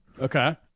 Okay